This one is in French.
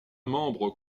membre